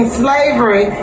slavery